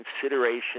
consideration